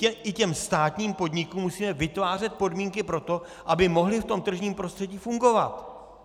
My i těm státním podnikům musíme vytvářet podmínky pro to, aby mohly v tom tržním prostředí fungovat.